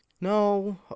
No